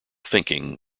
thinking